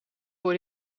voor